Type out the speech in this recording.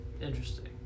Interesting